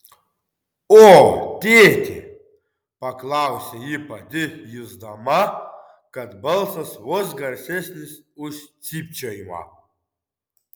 o tėtį paklausė ji pati jusdama kad balsas vos garsesnis už cypčiojimą